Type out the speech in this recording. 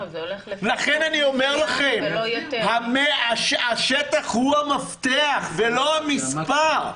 לכן אני אומר לכם, השטח הוא המפתח ולא המספר.